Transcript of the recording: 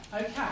okay